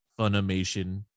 Funimation